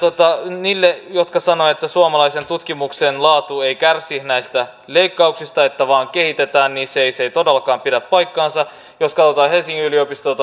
niille jotka sanoivat että suomalaisen tutkimuksen laatu ei kärsi näistä leikkauksista että vain kehitetään se ei se ei todellakaan pidä paikkaansa jos katsotaan helsingin yliopistoa